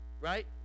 right